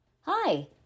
Hi